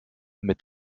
mit